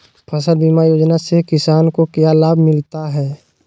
फसल बीमा योजना से किसान को क्या लाभ मिलता है?